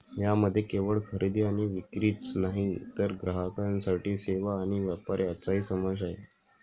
यामध्ये केवळ खरेदी आणि विक्रीच नाही तर ग्राहकांसाठी सेवा आणि व्यापार यांचाही समावेश आहे